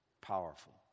powerful